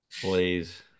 please